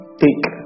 take